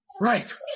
Right